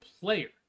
player